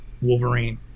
Wolverine